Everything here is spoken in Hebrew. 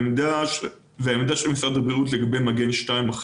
העמדה של משרד הבריאות לגבי מגן 2 היא